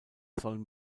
sollen